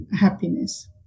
happiness